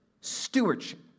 stewardship